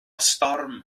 storm